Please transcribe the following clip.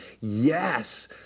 yes